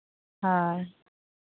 ᱦᱳᱭ